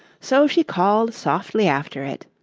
so she called softly after it,